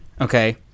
Okay